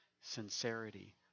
sincerity